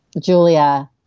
Julia